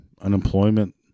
unemployment